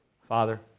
Father